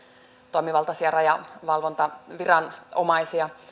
toimivaltaisia rajavalvontaviranomaisia